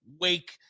Wake